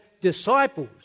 disciples